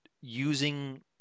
using